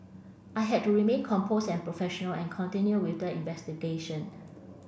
I had to remain composed and professional and continue with the investigation